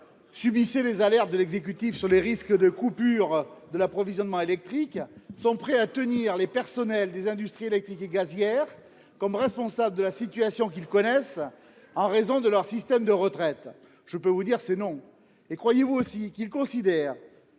Subissait les alertes de l'exécutif sur les risques de coupures de l'approvisionnement électrique sont prêts à tenir les personnels des industries électriques et gazières comme responsable de la situation qu'ils connaissent en raison de leur système de retraite. Je peux vous dire, c'est non. Et croyez-vous aussi qu'il considère.